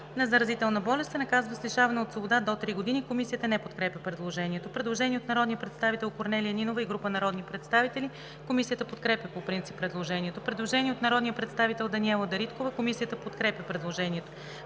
на заразителна болест, се наказва с лишаване от свобода до три години.“ Комисията не подкрепя предложението. Предложение от народния представител Корнелия Нинова и група народни представители. Комисията подкрепя по принцип предложението. Предложение от народния представител Даниела Дариткова. Комисията подкрепя предложението.